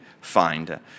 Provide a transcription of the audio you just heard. find